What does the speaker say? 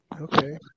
Okay